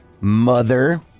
mother